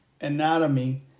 anatomy